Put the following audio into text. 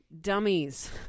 dummies